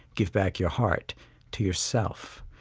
give back your heart to yourself,